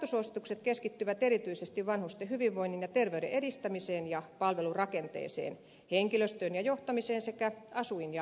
uudet laatusuositukset keskittyvät erityisesti vanhusten hyvinvoinnin ja terveyden edistämiseen ja palvelu rakenteeseen henkilöstöön ja johtamiseen sekä asuin ja hoitoympäristöihin